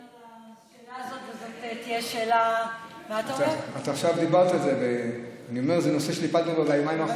דיברת על זה, זה נושא שטיפלת בו ביומיים האחרונים.